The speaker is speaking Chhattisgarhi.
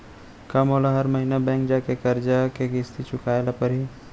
का मोला हर महीना बैंक जाके करजा के किस्ती चुकाए ल परहि?